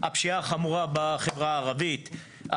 הפשיעה החמורה בחברה הערבית,